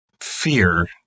fear